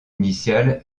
initiale